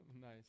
nice